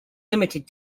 limited